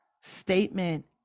statement